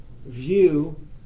view